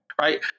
right